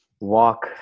Walk